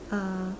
uh